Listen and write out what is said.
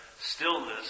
stillness